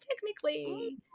technically